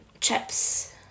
chips